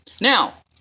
Now